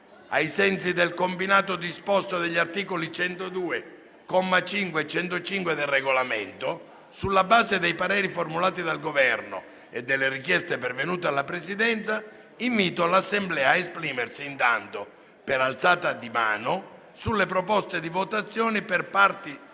ai sensi del combinato disposto degli articoli 102, comma 5, e 105 del Regolamento, sulla base dei pareri formulati dal Governo e delle richieste pervenute alla Presidenza, invito l'Assemblea a esprimersi intanto per alzata di mano sulle proposte di votazione per parti